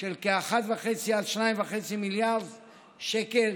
תוספת תקציבית של כ-1.5 עד 2.5 מיליארד שקל,